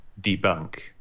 debunk